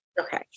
okay